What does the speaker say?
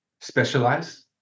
specialize